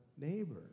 neighbor